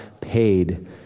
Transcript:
paid